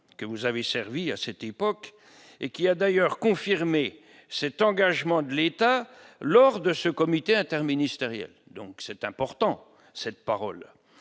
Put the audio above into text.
que vous avez servi à cette époque et qui a d'ailleurs confirmé cet engagement de l'État lors de ce comité interministériel, donc c'est important cette parole,